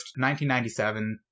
1997